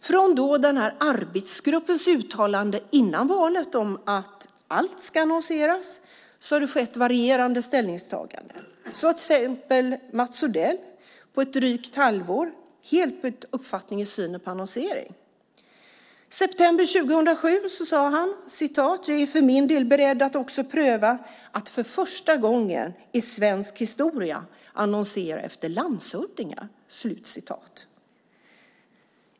Från arbetsgruppens uttalande före valet om att allt ska annonseras har det varit varierande ställningstaganden. Till exempel har Mats Odell på drygt ett halvår helt bytt uppfattning när det gäller synen på annonsering. I september 2007 sade han: "Jag är för min del beredd att också pröva att för första gången i svensk historia annonsera efter landshövdingar."